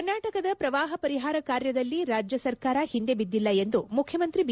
ಕರ್ನಾಟಕದ ಪ್ರವಾಹ ಪರಿಹಾರ ಕಾರ್ಯದಲ್ಲಿ ರಾಜ್ಯ ಸರ್ಕಾರ ಹಿಂದೆ ಬಿದ್ದಿಲ್ಲ ಎಂದು ಮುಖ್ಯಮಂತ್ರಿ ಬಿ